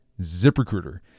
ZipRecruiter